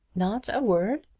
not a word!